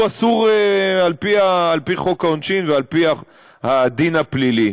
אסור על-פי חוק העונשין ועל-פי הדין הפלילי.